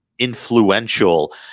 influential